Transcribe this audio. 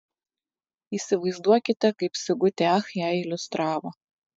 įsivaizduokite kaip sigutė ach ją iliustravo